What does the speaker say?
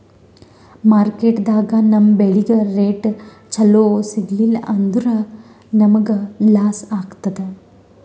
ಮಾರ್ಕೆಟ್ದಾಗ್ ನಮ್ ಬೆಳಿಗ್ ರೇಟ್ ಚೊಲೋ ಸಿಗಲಿಲ್ಲ ಅಂದ್ರ ನಮಗ ಲಾಸ್ ಆತದ್